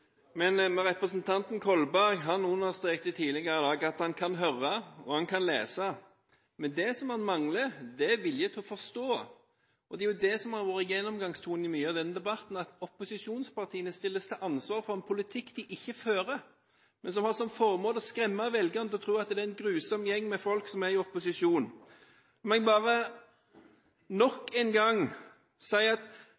men det som han mangler, er viljen til å forstå. Og det er jo det som har vært gjennomgangstonen i mye av denne debatten, at opposisjonspartiene stilles til ansvar for en politikk de ikke fører, men som har som formål å skremme velgerne til å tro at det er en grusom gjeng med folk som er i opposisjon. Men la meg bare